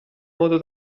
modo